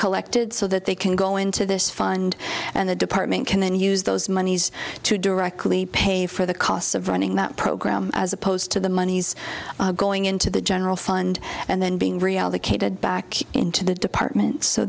collected so that they can go into this fund and the department can then use those monies to directly pay for the costs of running that program as opposed to the money's going into the general fund and then being reallocated back into the department so